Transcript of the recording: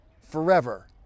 forever